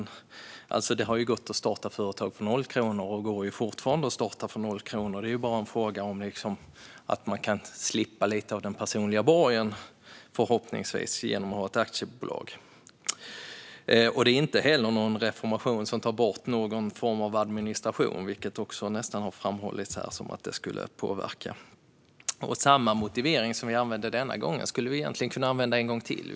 Det har ju gått att starta företag med noll kronor, och det går fortfarande. Det är bara en fråga om att man förhoppningsvis kan slippa lite av sin personliga borgen genom att ha ett aktiebolag. Det är inte heller en reform som tar bort någon administration, vilket man också nästan har låtit påskina här. Samma motivering som vi använder denna gång skulle vi egentligen kunna använda en gång till.